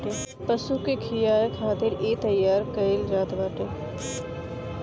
पशु के खियाए खातिर इ तईयार कईल जात बाटे